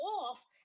off